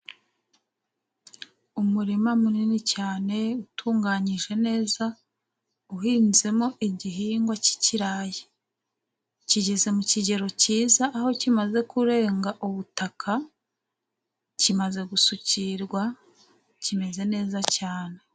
Umurima munini cyane, utunganyije neza, uhinzemo igihingwa cy'ikirayi kigeze mu kigero cyiza, aho kimaze kurenga ubutaka, kimaze gusukirwa, kimeze neza cyane.